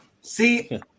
see